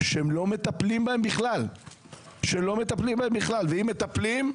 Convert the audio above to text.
שלא מטפלים בהם בכלל ואם מטפלים,